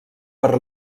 per